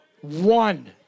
one